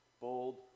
bold